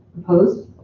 opposed?